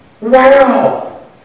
Wow